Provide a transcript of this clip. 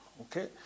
Okay